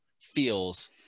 feels